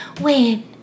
wait